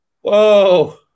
Whoa